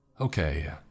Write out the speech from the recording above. Okay